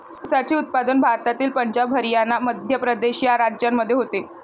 ऊसाचे उत्पादन भारतातील पंजाब हरियाणा मध्य प्रदेश या राज्यांमध्ये होते